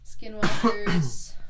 Skinwalkers